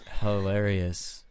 hilarious